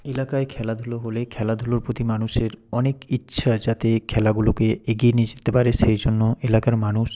এলাকায় খেলাধুলো হলে খেলাধুলোর প্রতি মানুষের অনেক ইচ্ছা যাতে খেলাগুলোকে এগিয়ে নিয়ে যেতে পারে সেই জন্য এলাকার মানুষ